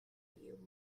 you